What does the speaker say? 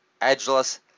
edgeless